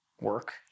work